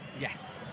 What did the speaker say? Yes